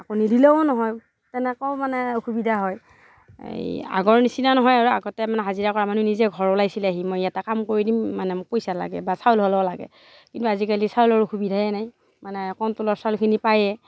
আকৌ নিদিলেও নহয় তেনেকেও মানে অসুবিধা হয় এই আগৰ নিচিনা নহয় আৰু আগতে মানে হাজিৰা কৰা মানুহে নিজে ঘৰ ওলাইছিলেহি মই ইয়াতে কাম কৰি দিম মানে মোক পইচা লাগে বা চাউল হ'লেও লাগে কিন্তু আজিকালি চাউলৰ অসুবিধাই নাই মানে কণ্ট্ৰলৰ চাউলখিনি পায়েই